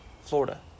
Florida